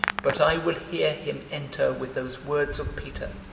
but i will hear him enter with those words of peter,